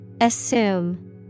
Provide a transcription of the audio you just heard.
Assume